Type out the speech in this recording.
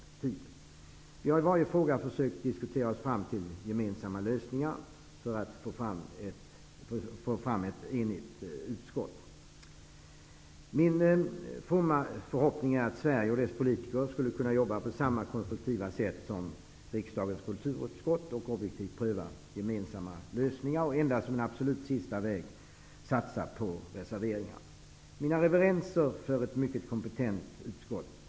Vi har i varje fråga försökt diskutera oss fram till gemensamma lösningar för att få fram ett enigt utskottsbetänkande. Min fromma förhoppning är att Sverige och dess politiker skall kunna jobba på samma konstruktiva sätt som riksdagens kulturutskott och objektivt pröva gemensamma lösningar och endast som en absolut sista utväg satsa på reservationer. Mina reverenser för ett mycket kompetent utskott.